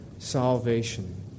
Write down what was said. Salvation